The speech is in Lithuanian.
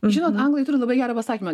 žinot anglai turi labai gerą pasakymą